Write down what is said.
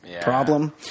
problem